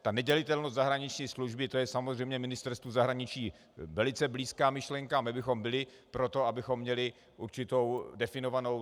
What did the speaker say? Ta nedělitelnost zahraniční služby, to je samozřejmě Ministerstvu zahraničí velice blízká myšlenka, my bychom byli pro to, abychom měli určitou definovanou....